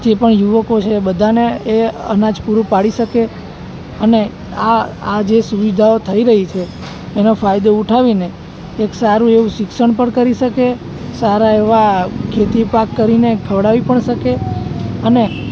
જે પણ યુવકો છે બધાને એ અનાજ પૂરું પાડી શકે અને આ આ જે સુવિધાઓ થઈ રહી છે એનો ફાયદો ઉઠાવીને એક સારું એવું શિક્ષણ પણ કરી શકે સારા એવા ખેતી પાક કરીને ખવડાવી પણ શકે અને